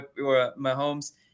Mahomes